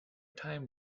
time